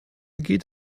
geht